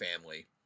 family